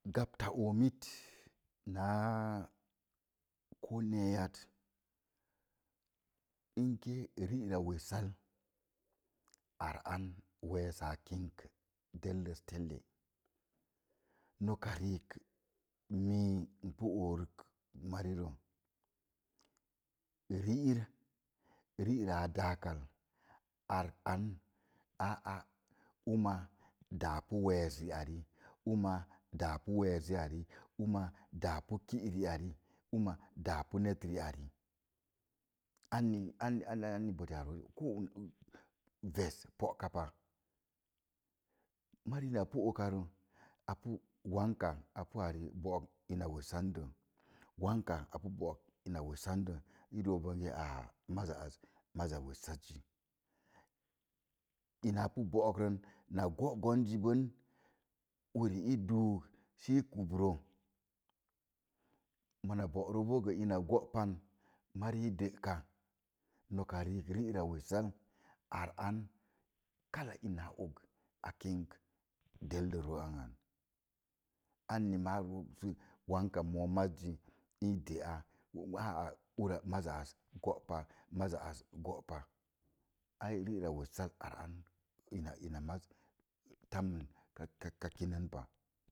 Ko nee ya mee men in gə rira wésal ar an wess elelle tele noka rik mii n pu orək mari rə riila a daak al arik on uma elaa pu wess ang aa uma ela pu wess riari, uma eláá pu ki ri ori uma olaa pu net niari oni oni botə noz za ves po'kka pa mari i pu na pu okarə onka a pi ari po'ok in we'san de i dook aa maza az maza we'saz zi ina pu jo'ok rə na go'gon zi ɓon uri i duuk sə i kumrə mona borə boo in go’ pan mari i də'ka, nok riik rira wessel ar an nok riik rira wessel ar an kala ina kin delle ro an, anni mo maz wonk, də'a maza az go’ ai rira wessal ina maz tammin ka kino pa.